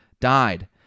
died